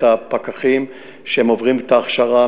את הפקחים שעוברים את ההכשרה,